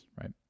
right